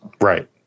Right